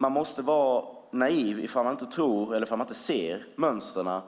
Man måste dock vara naiv om man inte tror eller ser mönstret